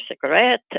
cigarette